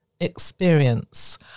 experience